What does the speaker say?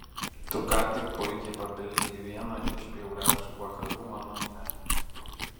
tu ką tik puikiai papildei vieną iš bjauriausių vakarų mano gyvenime